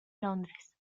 londres